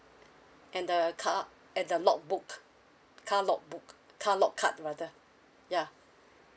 and the car and the log book car log book car log card rather ya